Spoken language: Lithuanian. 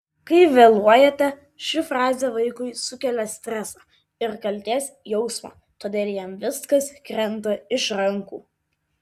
kai vėluojate ši frazė vaikui sukelia stresą ir kaltės jausmą todėl jam viskas krenta iš rankų